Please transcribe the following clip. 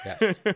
yes